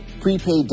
prepaid